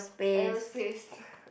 aerospace